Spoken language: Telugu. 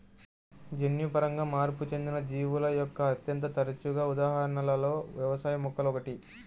జన్యుపరంగా మార్పు చెందిన జీవుల యొక్క అత్యంత తరచుగా ఉదాహరణలలో వ్యవసాయ మొక్కలు ఒకటి